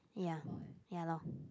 ya ya lor